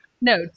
no